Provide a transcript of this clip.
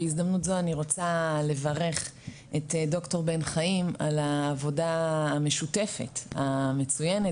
בהזדמנות זו אני רוצה לברך את ד"ר בן חיים על העבודה המשותפת המצויינת,